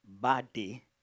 Body